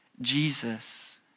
Jesus